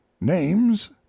NAMES